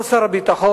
או שר הביטחון,